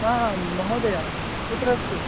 ह महोदय कुत्र अस्ति